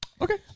Okay